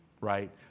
right